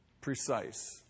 precise